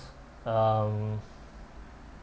um